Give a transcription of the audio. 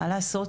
מה לעשות?